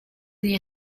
nie